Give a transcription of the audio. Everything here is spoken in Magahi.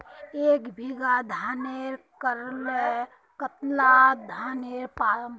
एक बीघा धानेर करले कतला धानेर पाम?